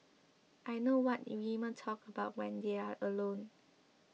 I know what women talk about when they're alone